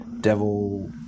devil